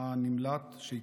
הנמלט שהתהפך.